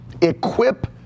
Equip